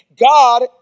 God